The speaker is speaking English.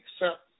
accept